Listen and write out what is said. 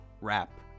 rap